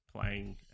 playing